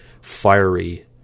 fiery